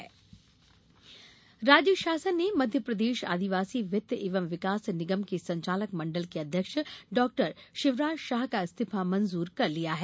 इस्तीफा राज्य शासन ने मप्र आदिवासी वित्त एवं विकास निगम के संचालक मण्डल के अध्यक्ष डॉ शिवराज शाह का इस्तीफा मंजूर कर लिया है